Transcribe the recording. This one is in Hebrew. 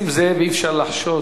אדוני היושב-ראש,